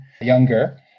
younger